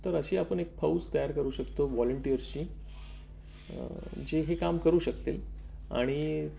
तर अशी आपण एक फौज तयार करू शकतो वॉलिंटिअर्सची जे हे काम करू शकतील आणि